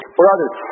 brothers